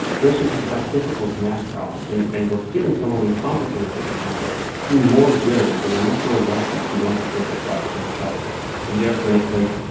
those who got difficult math problems and and were feeling somewhat incompetent at the time seemed more willing. they were much more likely to want to build a product themselves and therefore, in a sense,